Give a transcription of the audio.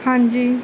ਹਾਂਜੀ